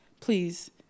please